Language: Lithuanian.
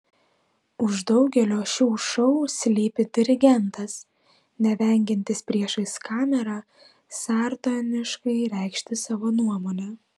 už daugelio šių šou slypi dirigentas nevengiantis priešais kamerą sardoniškai reikšti savo nuomonę